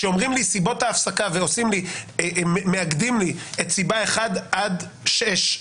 כשאמרים לי סיבות ההפסקה ומאגדים לי את סיבה 1 עד 6,